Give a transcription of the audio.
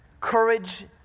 courage